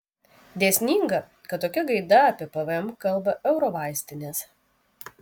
dėsninga kad tokia gaida apie pvm kalba eurovaistinės